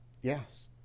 Yes